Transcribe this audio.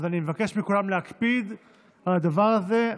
אז אני מבקש מכולם להקפיד על הדבר הזה,